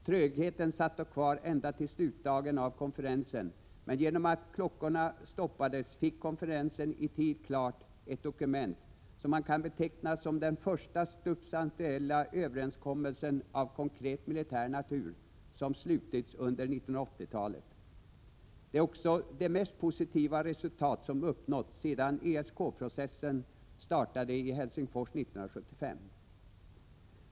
Trögheten satt kvar ända till slutdagen av konferensen, men genom att klockorna stoppades fick konferensen i tid klart ett dokument som man kan beteckna som den första substantiella överenskommelsen av konkret militär natur som slutits under 1980-talet. Det är också det mest positiva resultat som uppnåtts sedan ESK-processen startade i Helsingfors 1975.